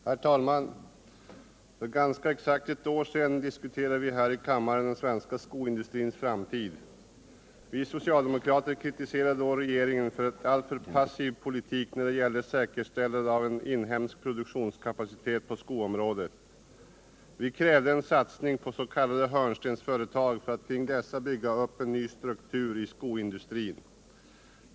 Herr talman! För ganska exakt ett år sedan diskuterade vi här i kammaren den svenska skoindustrins framtid. Vi socialdemokrater kritiserade då regeringen för en alltför passiv politik när det gällde säkerställandet av en inhemsk produktionskapacitet på skoområdet. Vi krävde en satsning på s.k. hörnstensföretag för att kring dessa bygga upp en ny struktur i skoindustrin.